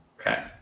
Okay